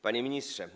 Panie Ministrze!